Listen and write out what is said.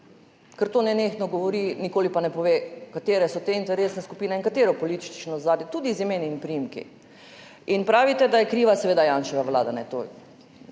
to nenehno govori, nikoli pa ne pove, katere so te interesne skupine in katero politično ozadje, tudi z imeni in priimki. Pravite, da je seveda kriva Janševa vlada, ni